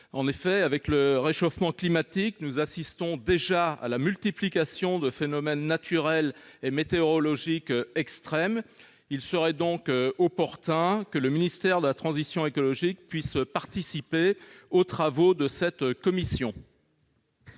En effet, avec le réchauffement climatique, nous assistons déjà à la multiplication de phénomènes naturels et météorologiques extrêmes. Il serait utile que le ministère de la transition écologique puisse participer aux travaux de cette commission.